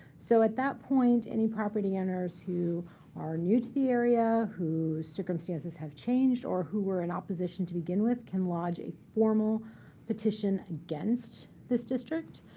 so at that point, any property owners who are new to the area, whose circumstances have changed, or who were in opposition to begin with, can lodge a formal petition against this district.